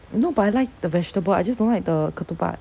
no but I like the vegetable I just don't like the ketupat